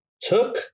took